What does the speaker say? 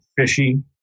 fishy